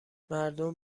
مردم